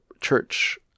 church